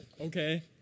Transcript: Okay